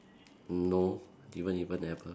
no do you even ever